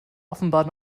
offenbar